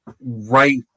right